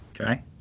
Okay